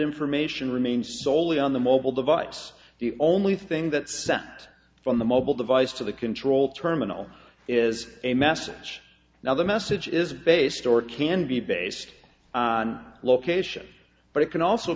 information remains soley on the mobile device the only thing that sent from the mobile device to the control terminal is a massive which now the message is based or can be based on location but it can also